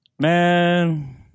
Man